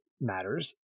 matters